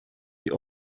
die